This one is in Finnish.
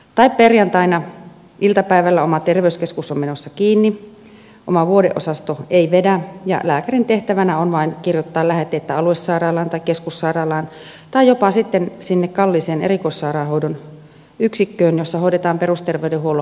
tai kun perjantaina iltapäivällä oma terveyskeskus on menossa kiinni oma vuodeosasto ei vedä ja lääkärin tehtävänä on vain kirjoittaa lähetteitä aluesairaalaan tai keskussairaalaan tai jopa sitten sinne kalliiseen erikoissairaanhoidon yksikköön jossa hoidetaan perusterveydenhuollon asioita erikoissairaanhoidon hinnoin